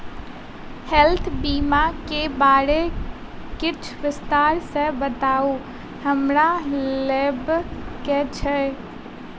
Health बीमा केँ बारे किछ विस्तार सऽ बताउ हमरा लेबऽ केँ छयः?